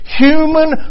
human